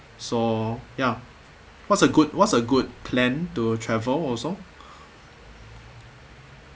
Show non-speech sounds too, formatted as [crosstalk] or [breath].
so ya what's a good what's a good plan to travel also [breath]